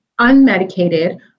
unmedicated